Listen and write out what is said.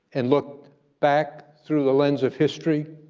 and looked back through the lens of history,